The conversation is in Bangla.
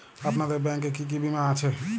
আপনাদের ব্যাংক এ কি কি বীমা আছে?